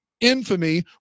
infamy